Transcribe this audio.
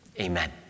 Amen